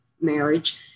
marriage